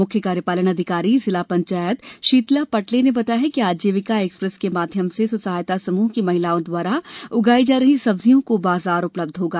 म्ख्य कार्यपालन अधिकारी जिला पंचायत शीतला पटले ने बताया कि आजीविका एक्सप्रेस के माध्यम से स्व सहायता समूह की महिलाओं द्वारा उगाई जा रही सब्जियों को बाजार उपलब्ध होगा